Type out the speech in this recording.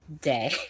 day